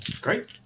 Great